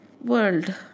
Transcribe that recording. world